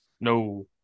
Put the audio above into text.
No